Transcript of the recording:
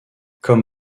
comme